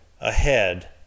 ahead